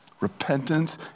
Repentance